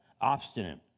obstinate